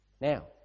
Now